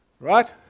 Right